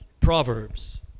Proverbs